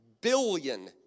billion